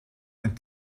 ein